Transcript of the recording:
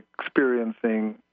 experiencing